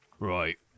Right